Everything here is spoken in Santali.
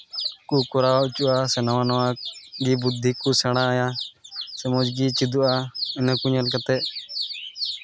ᱠᱚ ᱠᱚᱨᱟᱣ ᱦᱚᱪᱚᱜᱼᱟ ᱥᱮ ᱱᱟᱣᱟ ᱱᱟᱣᱟ ᱜᱮ ᱵᱩᱫᱽᱫᱷᱤ ᱠᱚ ᱥᱮᱬᱟᱭᱟ ᱥᱮ ᱢᱚᱡᱽ ᱜᱮ ᱪᱮᱫᱚᱜᱼᱟ ᱤᱱᱟᱹ ᱠᱚ ᱧᱮᱞ ᱠᱟᱛᱮᱫ